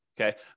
Okay